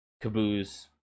Caboose